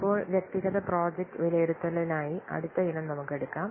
ഇപ്പോൾ വ്യക്തിഗത പ്രോജക്റ്റ് വിലയിരുത്തലിനായി അടുത്ത ഇനം നമുക്ക് എടുക്കാം